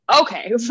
okay